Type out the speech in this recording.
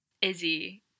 Izzy